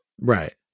Right